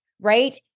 Right